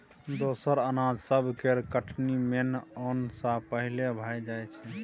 दोसर अनाज सब केर कटनी मेन ओन सँ पहिले भए जाइ छै